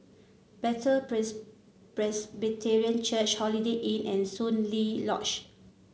Bethel Pres Presbyterian Church Holiday Inn and Soon Lee Lodge